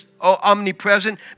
omnipresent